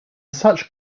such